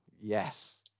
yes